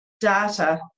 data